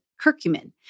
curcumin